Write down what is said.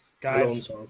Guys